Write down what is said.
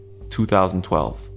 2012